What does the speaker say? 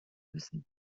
müssen